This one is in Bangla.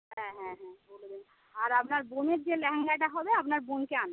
হ্যাঁ হ্যাঁ হ্যাঁ আর আপনার বোনের যে লেহেঙ্গাটা হবে আপনার বোনকে আনবেন